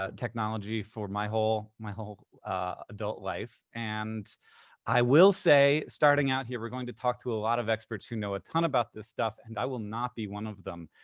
ah technology for my whole my whole adult life. and i will say, starting out here, we're going to talk to a lot of experts who know a ton about this stuff and i will not be one of them.